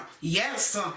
Yes